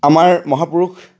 আমাৰ মহাপুৰুষ